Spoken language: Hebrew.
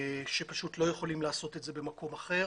שפשוט לא יכולים לעשות את זה במקום אחר